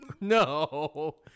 No